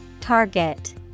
Target